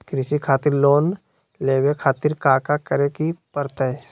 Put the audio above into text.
कृषि खातिर लोन लेवे खातिर काका करे की परतई?